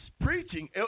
preaching